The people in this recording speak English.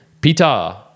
Peter